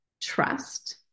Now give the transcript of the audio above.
trust